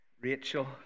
Rachel